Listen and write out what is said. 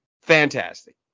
Fantastic